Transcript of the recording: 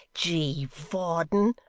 g. varden.